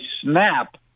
snap